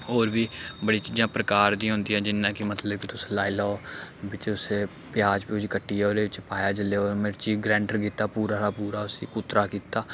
होर बी बड़ी चीजां प्रकार दियां होंदियां जि'यां कि मतलब कि तुस लाई लैओ बिच्च तुसें प्याज प्यूज कट्टियै ओह्दे च पाया जेल्लै मिर्ची ग्रइंडर कीता पूरा दा पूरा उसी कुतरा कीता